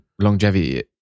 longevity